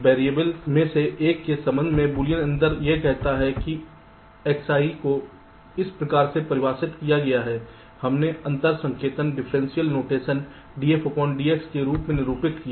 variables में से एक के संबंध में बूलियन अंतर यह कहता है कि Xi को इस प्रकार परिभाषित किया गया है हमने अंतर संकेतन डिफरेंशियल नोटशन df dxi के रूप में निरूपित किया